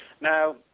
Now